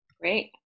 Great